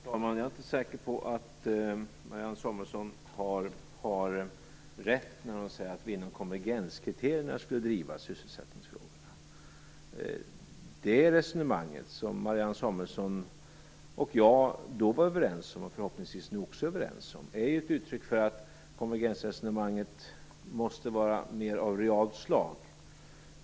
Fru talman! Jag är inte säker på att Marianne Samuelsson har rätt när hon säger att vi i samband med konvergenkriterierna skulle driva sysselsättningsfrågorna. Det resonemang som Marianne Samuelsson och jag då var överens om och förhoppningsvis nu också är överens om är ett uttryck för att konvergensresonemanget måste vara av mer realt slag.